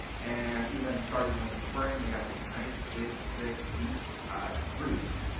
and even starting in the spring they've got those nice big, thick, deep roots.